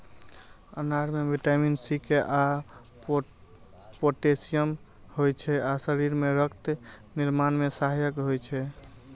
अनार मे vitamin C, K आ पोटेशियम होइ छै आ शरीर मे रक्त निर्माण मे सहायक होइ छै